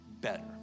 better